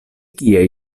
kie